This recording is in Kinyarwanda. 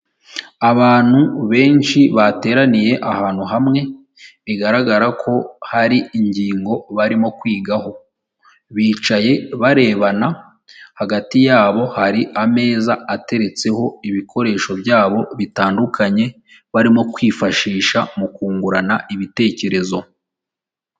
Abantu benshi bateraniye ahantu hamwe, bigaragara ko hari ingingo barimo kwigaho, bicaye barebana hagati yabo hari ameza ateretseho ibikoresho byabo bitandukanye, barimo kwifashisha mu kungurana ibitekerezo.